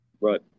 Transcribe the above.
Right